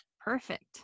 Perfect